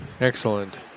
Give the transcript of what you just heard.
Excellent